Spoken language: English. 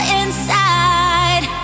inside